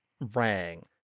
rang